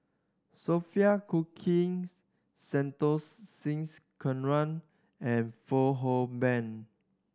Sophia Cooke Santokh Singh Grewal and Fong Hoe Beng